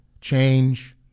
change